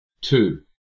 Two